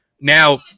Now